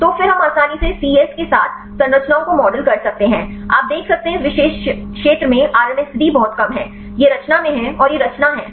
तो फिर हम आसानी से सी यस के साथ संरचनाओं को मॉडल कर सकते हैं आप देख सकते हैं इस विशेष क्षेत्र में आरएमएसडी बहुत कम है यह रचना में है और यह रचना है